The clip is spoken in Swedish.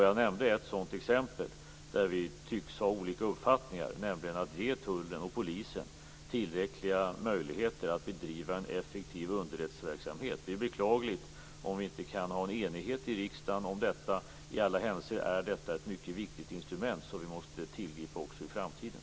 Jag nämnde ett sådant exempel där vi tycks ha olika uppfattningar, nämligen att ge tullen och polisen tillräckliga möjligheter att bedriva en effektiv underrättelseverksamhet. Det är beklagligt om vi inte kan ha enighet i riksdagen om detta. I alla händelser är detta ett mycket viktigt instrument som vi måste tillgripa också i framtiden.